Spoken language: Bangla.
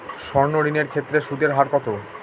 সর্ণ ঋণ এর ক্ষেত্রে সুদ এর হার কত?